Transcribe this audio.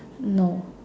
no